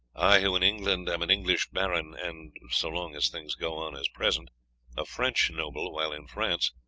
who in england am an english baron, and so long as things go on as present a french noble while in france,